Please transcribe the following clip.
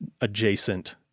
adjacent